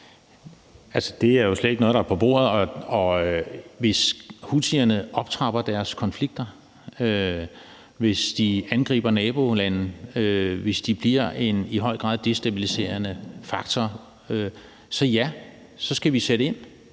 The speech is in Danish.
det er jo slet ikke noget, der er på bordet, og hvis houthierne optrapper deres konflikter, hvis de angriber nabolande, og hvis de bliver en i høj grad destabiliserende faktor, skal vi sætte ind,